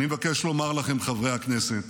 אני מבקש לומר לכם, חברי הכנסת: